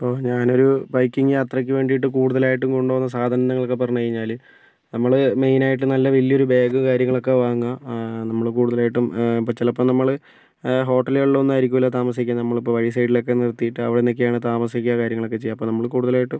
ഞാനൊരു ബൈക്കിങ് യാത്രയ്ക്ക് വേണ്ടിയിട്ട് കൂടുതലായിട്ടും കൊണ്ടുപോകുന്ന സാധനങ്ങൾ എന്നൊക്കെ പറഞ്ഞ് കഴിഞ്ഞാല് നമ്മള് മെയിനായിട്ട് നല്ല വലിയൊരു ബാഗ് കാര്യങ്ങൾ ഒക്കെ വാങ്ങുക നമ്മള് കൂടുതലായിട്ടും ഇപ്പോൾ ചിലപ്പോൾ നമ്മള് ഹോട്ടലുകളിൽ ഒന്നും ആയിരിക്കില്ല താമസിക്കുന്നത് നമ്മൾ ഇപ്പോൾ വഴി സൈഡിൽ ഒക്കെ നിർത്തിയിട്ട് അവിടുന്ന് ഒക്കെയാണ് താമസിക്കുക കാര്യങ്ങളൊക്കെ ചെയ്യുക അപ്പോൾ നമ്മള് കൂടുതലായിട്ടും